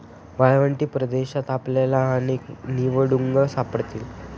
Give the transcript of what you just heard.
वाळवंटी प्रदेशात आपल्याला अनेक निवडुंग सापडतील